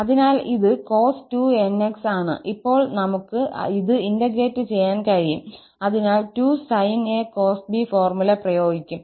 അതിനാൽ ഇത് cos2𝑛𝑥 ആണ് ഇപ്പോൾ നമുക്ക് ഇത് ഇന്റഗ്രേറ്റ് ചെയ്യാൻ കഴിയും അതിനാൽ 2sin𝑎cos𝑏 ഫോർമുല പ്രയോഗിക്കും